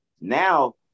now